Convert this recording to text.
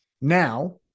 Now